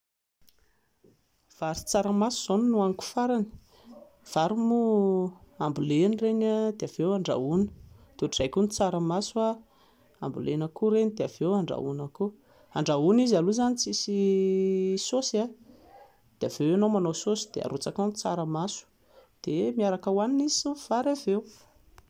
Vary sy tsaramaso izao no nohaniko farany. Ny vary moa ambolena ireny dia avy eo andrahoina, dia ohatr'izay koa ny tsaramaso, ambolena koa ireny dia avy eo andrahoina koa. Andrahoina izy aloha izany tsisy saosy dia avy eo ianao manao saosy dia arotsaka ao ny tsaramaso dia miaraka hohanina izy sy ny vary avy eo.